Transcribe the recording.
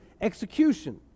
execution